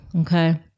Okay